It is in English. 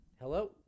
Hello